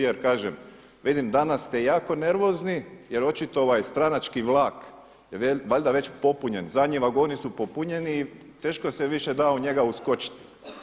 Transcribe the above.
Jer kažem, vidim danas ste jako nervozni jer očito ovaj stranački vlak, valjda već popunjen, zadnji vagoni su popunjeni i teško se više da u njega uskočiti.